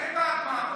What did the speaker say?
אין בעד מה.